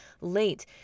late